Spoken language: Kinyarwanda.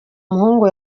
muhungu